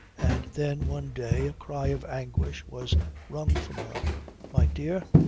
and then one day a cry of anguish was wrung from her my dear,